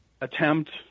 attempt